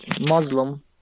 Muslim